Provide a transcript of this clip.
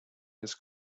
his